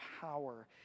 power